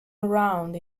around